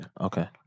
Okay